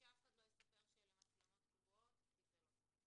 ושאף אחד לא יספר שאלה מצלמות קבועות, כי זה לא.